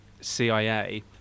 cia